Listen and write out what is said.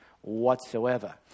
whatsoever